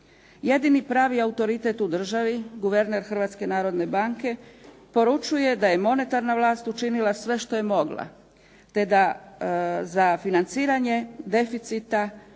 Jedini pravi autoritet u državi, guverner Hrvatske narodne banke, poručuje da je monetarna vlast učinila sve što je mogla, te da za financiranje deficita